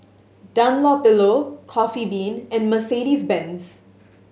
Dunlopillo Coffee Bean and Mercedes Benz